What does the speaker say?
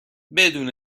بدون